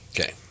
Okay